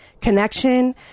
connection